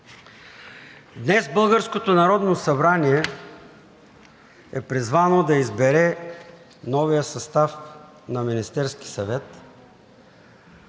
събрание е призвано да избере новия състав на Министерския съвет.